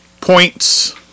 points